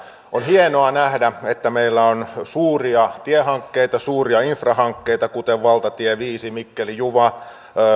on hienoa nähdä että meillä on suuria tiehankkeita suuria infrahankkeita kuten valtatie viisi mikkeli juva